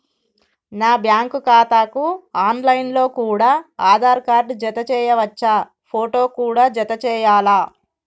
నా బ్యాంకు ఖాతాకు online లో కూడా ఆధార్ కార్డు జత చేయవచ్చా ఫోటో కూడా జత చేయాలా?